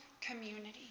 community